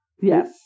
Yes